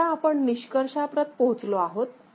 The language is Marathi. आता आपण निष्कर्षाप्रत पोहोचलो आहोत